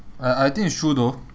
I I think it's true though